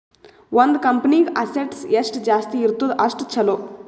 ಒಂದ್ ಕಂಪನಿಗ್ ಅಸೆಟ್ಸ್ ಎಷ್ಟ ಜಾಸ್ತಿ ಇರ್ತುದ್ ಅಷ್ಟ ಛಲೋ